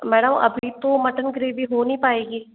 madam अभी तो mutton gravy हो नहीं पाएगी